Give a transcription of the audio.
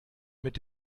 mit